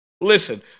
Listen